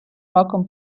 роком